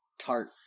Tart